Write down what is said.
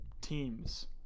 Teams